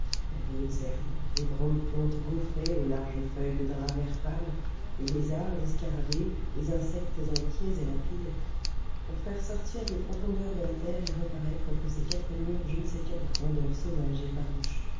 les hautes herbes les grandes plantes gaufrées aux larges feuilles de drap vert pâle les lézards les scarabées les insectes inquiets et rapides pour faire sortir des profondeurs de la terre et reparaître entre ces quatre murs je ne sais quelle grandeur sauvage et farouche